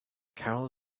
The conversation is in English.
carol